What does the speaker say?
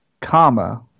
comma